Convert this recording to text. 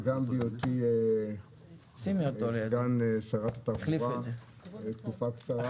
מהיותי סגן שרת התחבורה לתקופה קצרה